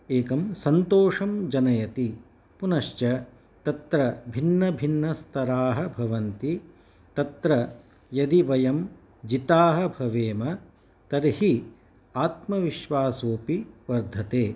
एकं सन्तोषं जनयति पुनश्च तत्र भिन्नभिन्नस्तराः भवन्ति तत्र यदि वयं जिताः भवेम तर्हि आत्मविश्वासोऽपि वर्धते